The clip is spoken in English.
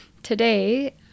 Today